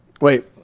Wait